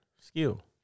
skill